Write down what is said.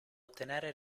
ottenere